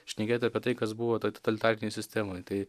šnekėti apie tai kas buvo toj totalitarinėj sistemoj tai